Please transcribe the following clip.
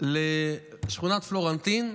לשכונת פלורנטין,